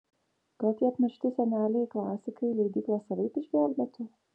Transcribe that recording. gal tie apmiršti seneliai klasikai leidyklą savaip išgelbėtų